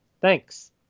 Thanks